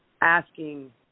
asking